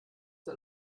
der